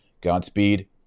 Godspeed